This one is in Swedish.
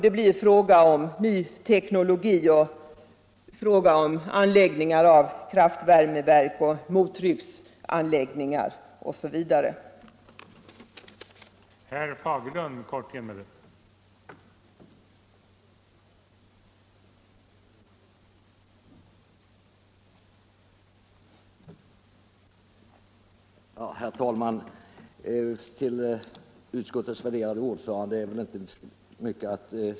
Det blir fråga om en ny teknologi, uppförandet av kraftvärmeverk, mottrycksanläggningar osv.